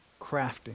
crafting